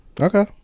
Okay